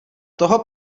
toho